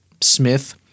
smith